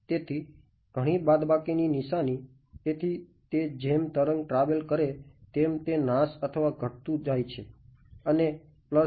તેથી ઘણી બાદબાકીની નિશાની તેથી તે જેમ તરંગ ટ્રાવેલ કરે તેમ તે નાશ અથવા ઘટતું જાય છે